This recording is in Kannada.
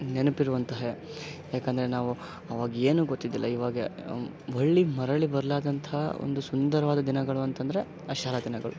ನೆನಪಿರುವಂತಹ ಯಾಕಂದರೆ ನಾವು ಅವಾಗ ಏನು ಗೊತ್ತಿದ್ದಿಲ್ಲ ಇವಾಗ ಒಳ್ಳೆಯ ಮರಳಿ ಬರಲಾರ್ದಂತಹ ಒಂದು ಸುಂದರವಾದ ದಿನಗಳು ಅಂತಂದರೆ ಆ ಶಾಲಾ ದಿನಗಳು